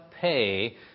pay